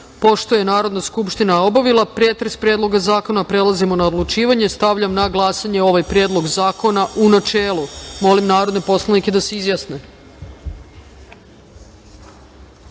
je Narodna skupština obavila pretres Predloga zakona, prelazimo na odlučivanje. Stavljam na glasanje ovaj Predlog zakona u načelu. Molim narodne poslanike da se